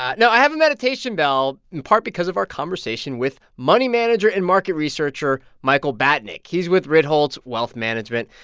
no. i have a meditation bell, in part, because of our conversation with money manager and market researcher michael batnick. he's with ritholtz wealth management,